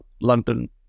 London